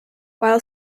while